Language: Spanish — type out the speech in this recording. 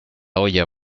olla